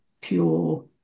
pure